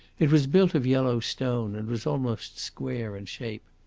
it was built of yellow stone, and was almost square in shape.